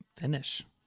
finish